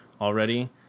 already